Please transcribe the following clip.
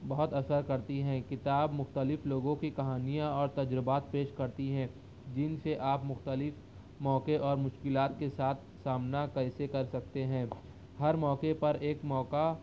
بہت اثر کرتی ہیں کتاب مختلف لوگوں کی کہانیاں اور تجربات پیش کرتی ہیں جن سے آپ مختلف موقعے اور مشکلات کے ساتھ سامنا کیسے کر سکتے ہیں ہر موقعے پر ایک موقع